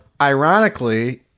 ironically